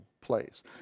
place